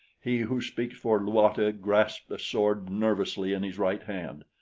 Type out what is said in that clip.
he who speaks for luata grasped a sword nervously in his right hand.